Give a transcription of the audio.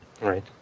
Right